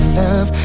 love